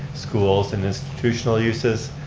schools, and institutional uses,